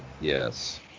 Yes